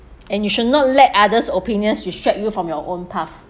and you should not let other's opinions restrict you from your own path